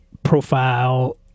profile